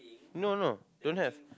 no no don't have